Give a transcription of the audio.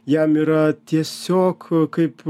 jam yra tiesiog kaip